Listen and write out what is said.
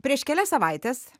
prieš kelias savaites